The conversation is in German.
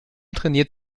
trainiert